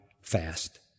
fast